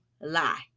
lie